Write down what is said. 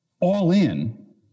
all-in